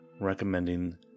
recommending